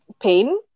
pain